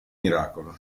miracolo